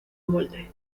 molde